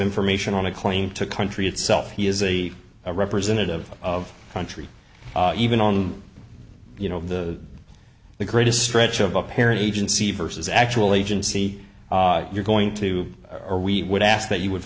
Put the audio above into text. information on a claim to a country itself he is a representative of the country even on you know the the greatest stretch of a parent agency versus actually agency you're going to or we would ask that you would